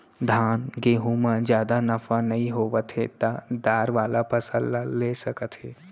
धान, गहूँ म जादा नफा नइ होवत हे त दार वाला फसल ल ले सकत हे